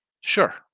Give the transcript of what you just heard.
sure